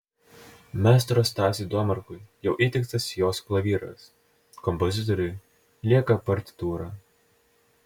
maestro stasiui domarkui jau įteiktas jos klavyras kompozitoriui lieka partitūra